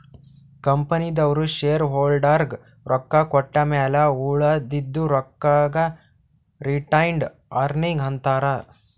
ಕಂಪನಿದವ್ರು ಶೇರ್ ಹೋಲ್ಡರ್ಗ ರೊಕ್ಕಾ ಕೊಟ್ಟಮ್ಯಾಲ ಉಳದಿದು ರೊಕ್ಕಾಗ ರಿಟೈನ್ಡ್ ಅರ್ನಿಂಗ್ ಅಂತಾರ